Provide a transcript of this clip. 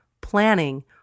planning